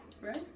right